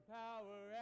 power